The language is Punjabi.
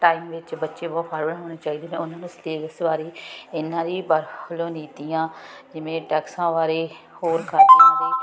ਟਾਈਮ ਵਿੱਚ ਬੱਚੇ ਬਹੁਤ ਹੋਣੇ ਚਾਹੀਦੇ ਹਨ ਉਹਨਾਂ ਨੂੰ ਸਲੇਬਸ ਬਾਰੇ ਇਹਨਾਂ ਦੀਆਂ ਨੀਤੀਆਂ ਜਿਵੇਂ ਕਿ ਟੈਕਸਾਂ ਬਾਰੇ ਹੋਰ ਕਰਜਿਆਂ ਦੇ